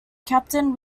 captain